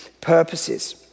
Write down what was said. purposes